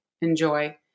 enjoy